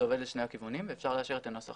זה עובד לשני הכיוונים ואפשר להשאיר את הנוסח